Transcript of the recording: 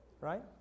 right